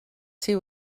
see